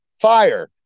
fire